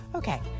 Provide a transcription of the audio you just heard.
Okay